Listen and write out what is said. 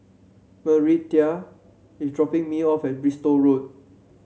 Marietta is dropping me off at Bristol Road